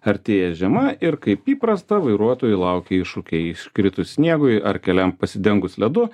artėja žiema ir kaip įprasta vairuotojų laukia iššūkiai iškritus sniegui ar keliam pasidengus ledu